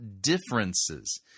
differences